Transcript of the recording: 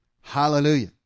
Hallelujah